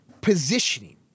positioning